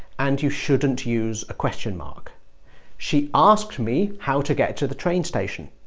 and you shouldn't use a question mark she asked me how to get to the train station